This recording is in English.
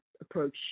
approach